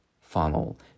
funnel